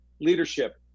leadership